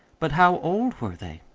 but how old were they?